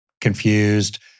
confused